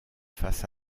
face